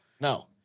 No